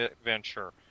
adventure